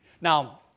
Now